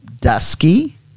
dusky